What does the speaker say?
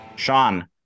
Sean